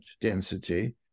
density